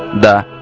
the